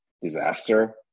disaster